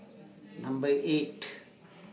Number eight